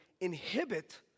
inhibit